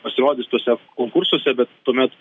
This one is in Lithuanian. pasirodys tuose konkursuose bet tuomet